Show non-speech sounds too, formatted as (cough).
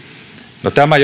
tämä (unintelligible)